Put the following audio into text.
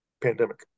pandemic